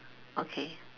okay